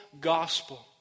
gospel